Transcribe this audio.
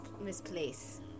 misplace